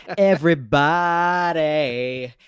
everybody a.